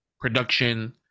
production